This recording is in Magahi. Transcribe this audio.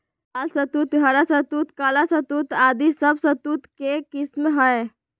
लाल शहतूत, हरा शहतूत, काला शहतूत आदि सब शहतूत के किस्म हय